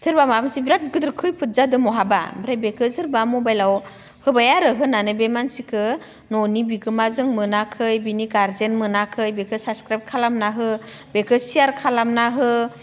सोरबा माबा मोनसे बिराद गोदोर खैफोद जादों महाबा ओमफ्राय बेखो सोरबा मबाइलाव होबाय आरो होनानै बे मानसिखो न'नि बिगुमाजों मोनाखै बिनि गारजेन मोनाखै बेखो साबसक्राइब खालामना हो बेखो शेयार खालामना हो